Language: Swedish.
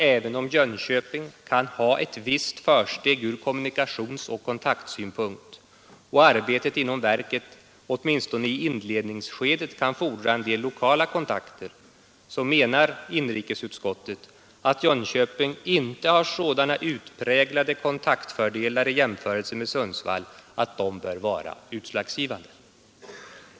Även om Jönköping kan sägas ha ett visst försteg ur kommunikationsoch kontaktsynpunkt, och arbetet inom verket åtminstone i inledningsskedet kan fordra en del lokala kontakter, menar inrikesutskottet att Jönköping inte har sådana utpräglade kontaktfördelar i jämförelse med Sundsvall att dessa bör vara utslagsgivande.